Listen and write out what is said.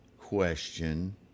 question